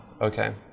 Okay